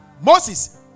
Moses